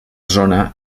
zona